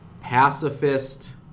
pacifist